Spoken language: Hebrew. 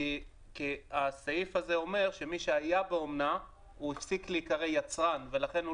כי הסעיף הזה אומר שמי שהיה באומנה הפסיק להיקרא יצרן ולכן הוא